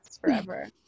Forever